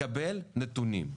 לקבל נתונים.